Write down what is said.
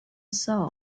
soul